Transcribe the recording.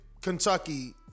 Kentucky